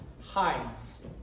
hides